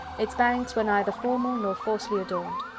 its banks were neither formal nor falsely adorned.